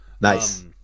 Nice